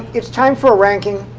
it's time for a ranking.